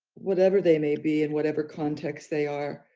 whatever they may be, in whatever context they are,